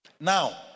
Now